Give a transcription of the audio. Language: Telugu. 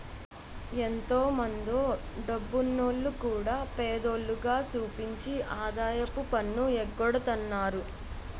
ఎంతో మందో డబ్బున్నోల్లు కూడా పేదోల్లుగా సూపించి ఆదాయపు పన్ను ఎగ్గొడతన్నారు